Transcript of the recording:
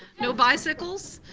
no bicycles,